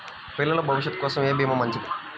పిల్లల భవిష్యత్ కోసం ఏ భీమా మంచిది?